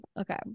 Okay